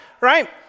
right